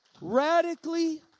Radically